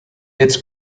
its